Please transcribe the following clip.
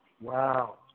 Wow